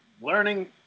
learning